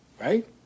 right